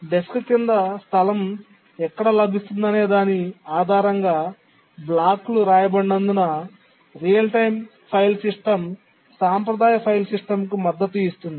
desk కింద స్థలం ఎక్కడ లభిస్తుందనే దాని ఆధారంగా బ్లాక్లు వ్రాయబడినందున రియల్ టైమ్ ఫైల్ సిస్టమ్ సాంప్రదాయ ఫైల్ సిస్టమ్కు మద్దతు ఇస్తుంది